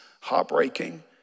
heartbreaking